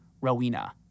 Rowena